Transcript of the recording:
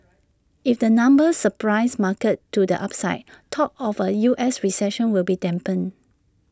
if the numbers surprise markets to the upside talk of A U S recession will be dampened